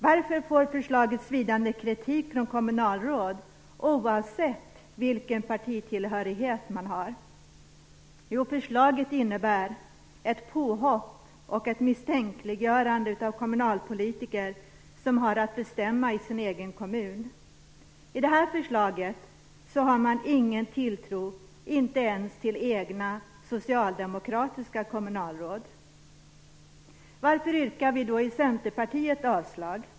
Varför får förslaget svidande kritik från kommunalråd oavsett partitillhörighet? Jo, förslaget innebär ett påhopp och ett misstänkliggörande av kommunalpolitiker som har att bestämma i sin egen kommun. Det här förslaget innebär att man inte har tilltro ens till egna socialdemokratiska kommunalråd. Varför yrkar vi då från Centerpartiet avslag?